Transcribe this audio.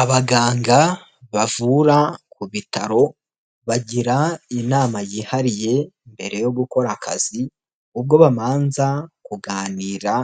Abaganga bavura ku bitaro bagira inama yihariye mbere yo gukora akazi ubwo bamanza kuganira